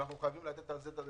אנחנו חייבים לתת על זה דגש.